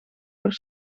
per